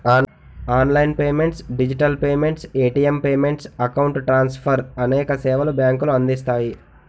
online payments digital payments, ATM payments, account transfer అనేక సేవలు బ్యాంకులు అందిస్తాయి